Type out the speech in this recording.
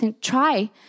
try